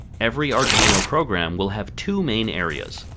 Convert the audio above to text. every arduino program will have two main areas,